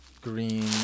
green